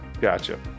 gotcha